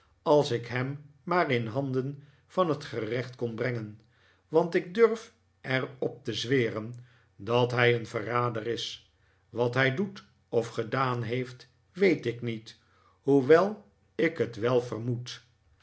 als ik hem maar in handen van het gerecht kon brengen want ik durf er op te zweren dat hij een verrader is wat hij doet of gedaan heeft weet ik niet hoewel ik het wel vermoed